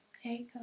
Hey